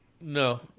No